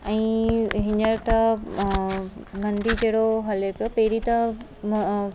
ऐं हींअर त मंदी जहिड़ो हले पियो पहिरीं त